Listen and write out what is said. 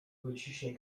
wyciśnie